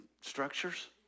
structures